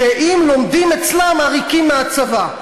שאם לומדים אצלם עריקים מהצבא,